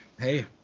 Hey